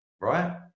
right